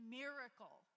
miracle